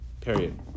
period